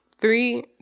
Three